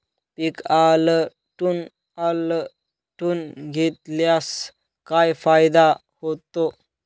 पीक आलटून पालटून घेतल्यास काय फायदा होतो?